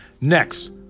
Next